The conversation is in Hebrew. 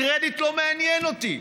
הקרדיט לא מעניין אותי.